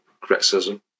criticism